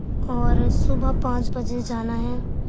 اور صبح پانچ بجے جانا ہے